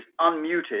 unmuted